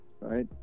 right